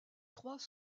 trois